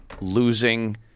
losing